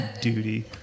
Duty